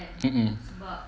mm mm